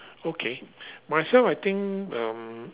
okay myself I think um